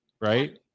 Right